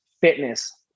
fitness